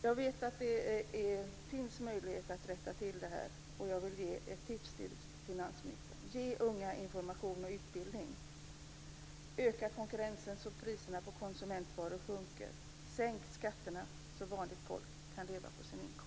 Jag vet att det finns möjlighet att rätta till detta, och jag vill ge några tips till finansministern: Ge unga information och utbildning! Öka konkurrensen så att priserna på konsumentvaror sjunker! Sänk skatterna så att vanligt folk kan leva på sin inkomst!